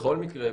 בכל מקרה,